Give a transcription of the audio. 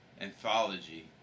anthology